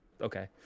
okay